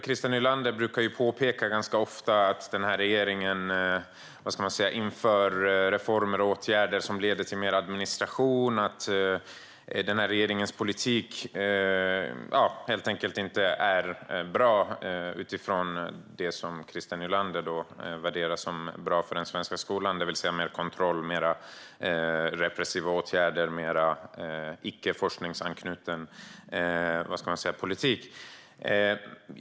Christer Nylander brukar ganska ofta påpeka att den här regeringen inför reformer och åtgärder som leder till mer administration och att den här regeringens politik inte är bra sett utifrån det som Christer Nylander värderar som bra för den svenska skolan, det vill säga mer kontroll, mer av repressiva åtgärder och mer av icke forskningsanknuten politik.